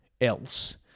else